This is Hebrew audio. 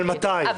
אבל מתי?